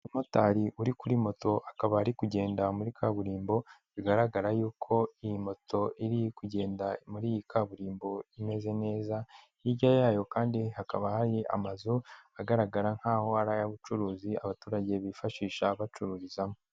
Umumotari uri kuri moto akaba ari kugenda muri kaburimbo, bigaragara yuko iyi moto iri kugenda muri iyi kaburimbo imeze neza, hirya yayo kandi hakaba hari amazu agaragara nk'aho ari ay'ubucuruzi abaturage bifashisha bacururizamo.